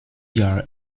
for